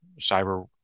cyber